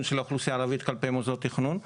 של אוכלוסייה ערבית כלפי מוסדות התכנון.